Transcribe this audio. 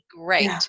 great